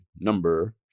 number